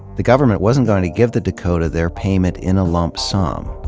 the government wasn't going to give the dakota their payment in a lump sum,